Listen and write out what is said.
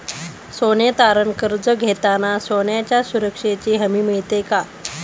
सोने तारण कर्ज घेताना सोन्याच्या सुरक्षेची हमी मिळते का?